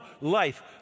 life